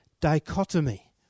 dichotomy